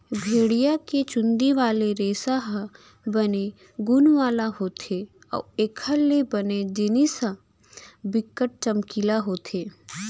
भेड़िया के चुंदी वाले रेसा ह बने गुन वाला होथे अउ एखर ले बने जिनिस ह बिकट चमकीला होथे